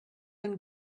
and